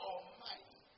Almighty